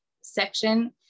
section